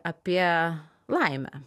apie laimę